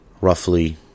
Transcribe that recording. roughly